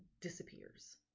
disappears